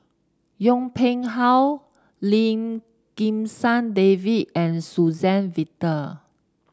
Yong Pung How Lim Kim San David and Suzann Victor